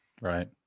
Right